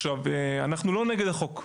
עכשיו, אנחנו לא נגד החוק.